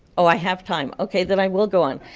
oh, i have time, okay, then i will go on.